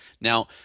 Now